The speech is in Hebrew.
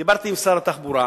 דיברתי עם שר התחבורה,